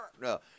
No